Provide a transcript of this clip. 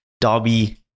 Derby